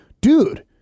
dude